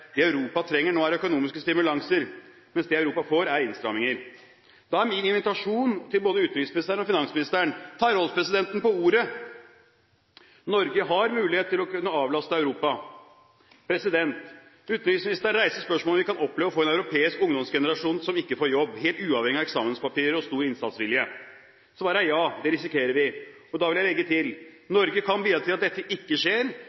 det Europa trenger nå, er økonomiske stimulanser, mens det Europa får, er innstramminger. Da er min invitasjon til både utenriksministeren og finansministeren: Ta rådspresidenten på ordet. Norge har mulighet til å kunne avlaste Europa. Utenriksministeren reiste spørsmålet om vi kan oppleve å få en europeisk ungdomsgenerasjon som ikke får jobb, helt uavhengig av eksamenspapirer og stor innsatsvilje. Svaret er: Ja, det risikerer vi. Da vil jeg legge til: Norge kan bidra til at dette ikke skjer,